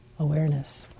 Awareness